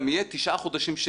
אין לזה אחוזים.